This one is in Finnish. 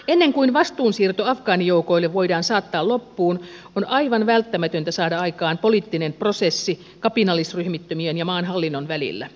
ennen kuin vastuun siirto afgaanijoukoille voidaan saattaa loppuun on aivan välttämätöntä saada aikaan poliittinen prosessi kapinallisryhmittymien ja maan hallinnon välillä